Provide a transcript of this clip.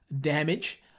damage